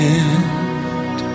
end